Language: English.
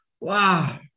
Wow